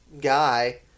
guy